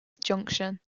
junction